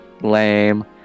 Lame